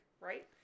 right